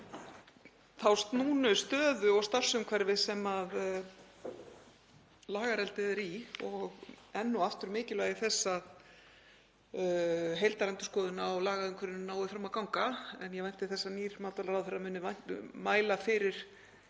þá snúnu stöðu og starfsumhverfi sem lagareldið er í og enn og aftur mikilvægi þess að heildarendurskoðun á lagaumhverfinu nái fram að ganga. Ég vænti þess að nýr matvælaráðherra muni mæla fyrir